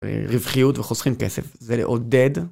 רווחיות וחוסכים כסף זה עודד.